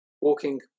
Walking